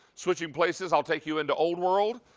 switching places i will take you into old world.